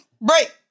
break